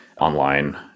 online